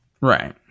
Right